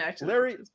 Larry